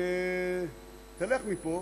תלך מפה,